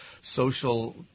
social